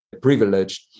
privileged